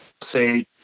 say